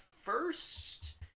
first